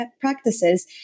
practices